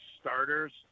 starters